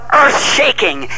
earth-shaking